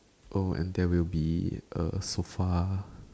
oh and there will be a sofa